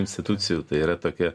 institucijų tai yra tokia